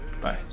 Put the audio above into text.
Bye